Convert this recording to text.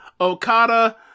Okada